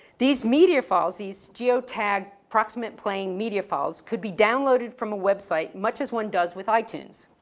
these media files, these geotag proximate playing media files, could be downloaded from a website, much as one does with itunes.